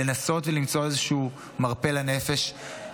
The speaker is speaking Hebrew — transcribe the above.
לנסות ולמצוא איזשהו מרפא לנפש,